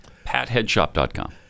PatHeadShop.com